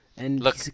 Look